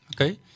Okay